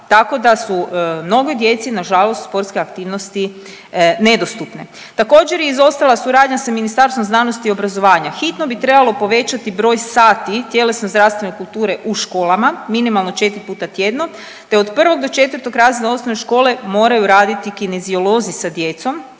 tako da su mnogoj djeci nažalost sportske aktivnosti nedostupne. Također je izostala suradnja sa Ministarstvom znanosti i obrazovanja, hitno bi trebalo povećati broj sati tjelesne i zdravstvene kulture u školama, minimalno 4 put tjedna, te od 1. do 4. razreda osnovne škole moraju raditi kineziolozi sa djecom,